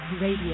Radio